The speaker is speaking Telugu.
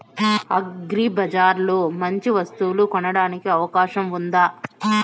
అగ్రిబజార్ లో మంచి వస్తువు కొనడానికి అవకాశం వుందా?